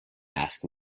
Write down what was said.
ask